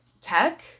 tech